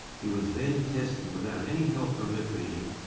he was then tested without any help from lipreading,